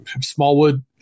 Smallwood